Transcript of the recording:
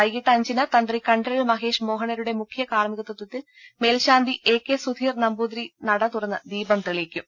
വൈകിട്ട് അഞ്ചിന് തന്ത്രി കണ്ഠരര് മഹേഷ് മോഹനരരുടെ മുഖ്യ കാർമികത്വത്തിൽ മേൽശാന്തി എ കെ സുധീർ നമ്പൂതിരി നട തുറന്ന് ദീപം തെളിയിക്കും